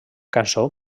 cançó